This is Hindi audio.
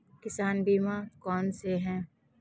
किसान बीमा कौनसे हैं?